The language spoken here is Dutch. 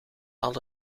alle